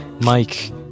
Mike